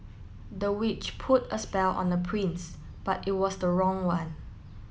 the witch put a spell on the prince but it was the wrong one